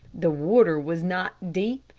the water was not deep,